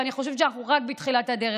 ואני חושבת שאנחנו רק בתחילת הדרך.